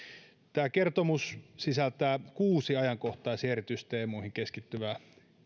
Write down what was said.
tämä kertomus sisältää kuusi ajankohtais ja erityisteemoihin keskittyvää